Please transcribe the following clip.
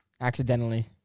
Accidentally